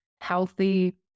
healthy